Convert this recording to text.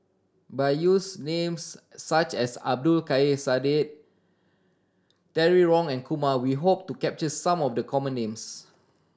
by use names such as Abdul Kadir Syed Terry Wong and Kumar we hope to capture some of the common names